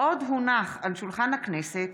ועלי סלאלחה,